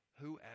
Whoever